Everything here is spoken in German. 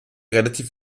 relativ